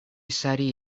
sari